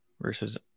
versus